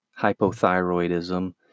hypothyroidism